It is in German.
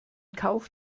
kauf